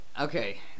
Okay